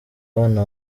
abana